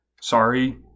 sorry